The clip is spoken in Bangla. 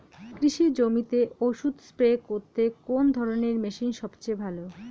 কৃষি জমিতে ওষুধ স্প্রে করতে কোন ধরণের মেশিন সবচেয়ে ভালো?